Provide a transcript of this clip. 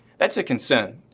that's a concern.